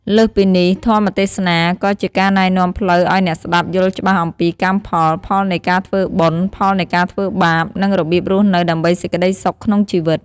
លើសពីនេះ ធម្មទេសនាក៏ជាការណែនាំផ្លូវឲ្យអ្នកស្តាប់យល់ច្បាស់អំពីកម្មផល ផលនៃការធ្វើបុណ្យ ផលនៃការធ្វើបាប និងរបៀបរស់នៅដើម្បីសេចក្តីសុខក្នុងជីវិត។